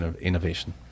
innovation